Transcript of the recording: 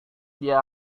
dia